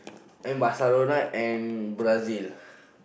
and Barcelona and Brazil